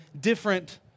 different